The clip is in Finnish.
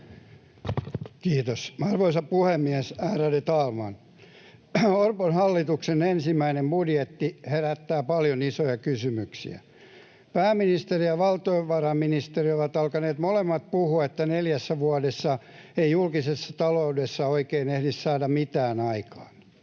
Kiitos. — Arvoisa puhemies, ärade talman! Orpon hallituksen ensimmäinen budjetti herättää paljon isoja kysymyksiä. Pääministeri ja valtiovarainministeri ovat alkaneet molemmat puhua, että neljässä vuodessa ei julkisessa taloudessa oikein ehdi saada mitään aikaan.